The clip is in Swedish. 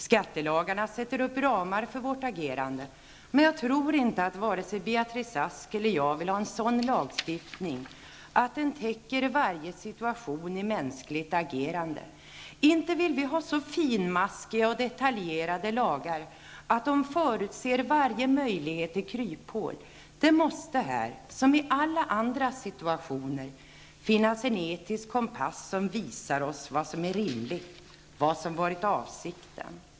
Skattelagstiftningarna sätter upp ramen för vårt agerande, men jag tror inte att vare sig Beatrice Ask eller jag vill ha en sådan lagstiftning att den täcker varje situation i mänskligt agerande. Inte vill vi ha så finmaskiga och detaljerade lagar att de förutser varje möjlighet till kryphål. Det måste här, som i alla andra situationer, finnas en etisk kompass, som visar oss vad som är rimligt, vad som varit avsikten.